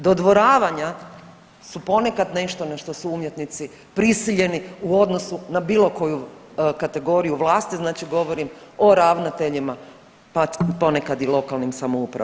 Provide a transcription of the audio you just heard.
Dodvoravanja su ponekad nešto na što su umjetnici prisiljeni u odnosu na bilo koju kategoriju vlasti, znači govorim o ravnateljima, pa ponekad i lokalnim samoupravama.